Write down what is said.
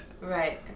Right